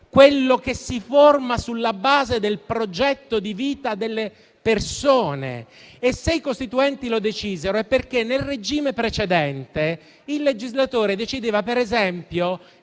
quello che si forma sulla base del progetto di vita delle persone. E se i Costituenti lo decisero, è perché nel regime precedente il legislatore decideva per esempio